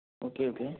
okay okay